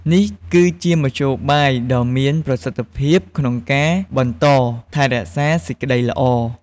នេះគឺជាមធ្យោបាយដ៏មានប្រសិទ្ធភាពក្នុងការបន្តថែរក្សាសេចក្តីល្អ។